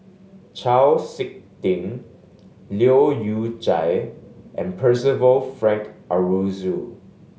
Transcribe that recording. Chau Sik Ting Leu Yew Chye and Percival Frank Aroozoo